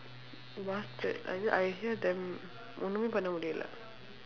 bastard I hear I hear the ஒன்னுமே பண்ண முடியல:onnumee panna mudiyala